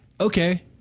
Okay